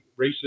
racist